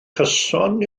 cyson